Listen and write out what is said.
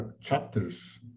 chapters